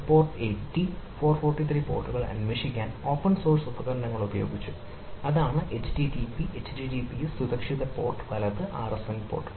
port 80 443 പോർട്ടുകൾ അന്വേഷിക്കാൻ open source ഉപകരണങ്ങൾ ഉപയോഗിച്ചു അതാണ് http https സുരക്ഷിത പോർട്ട് വലത് RSN പോർട്ട്